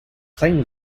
plain